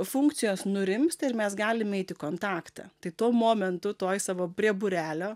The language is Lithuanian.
funkcijos nurimsta ir mes galim eit į kontaktą tai tuo momentu toj savo prie būrelio